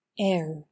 Air